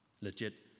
legit